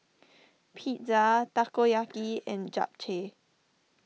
Pizza Takoyaki and Japchae